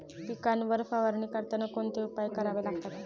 पिकांवर फवारणी करताना कोणते उपाय करावे लागतात?